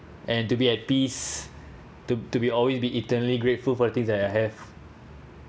and to be at peace to to be always be eternally grateful for the things that I have